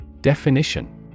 Definition